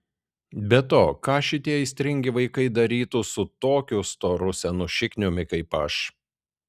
be to ką šitie aistringi vaikai darytų su tokiu storu senu šikniumi kaip aš